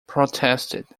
protested